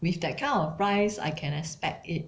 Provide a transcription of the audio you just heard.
with that kind of price I can expect it